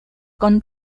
con